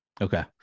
Okay